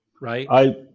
right